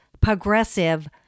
progressive